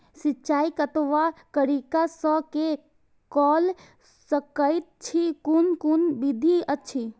सिंचाई कतवा तरीका स के कैल सकैत छी कून कून विधि अछि?